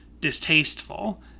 distasteful